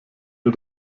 wir